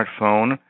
smartphone